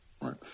Right